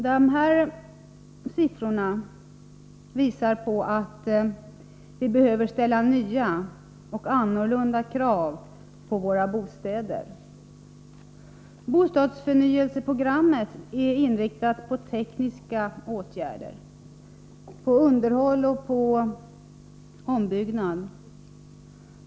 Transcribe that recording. Dessa siffror visar att vi behöver ställa nya och annorlunda krav på våra bostäder. Bostadsförnyelseprogrammet är inriktat på tekniska åtgärder, på underhåll och ombyggnad.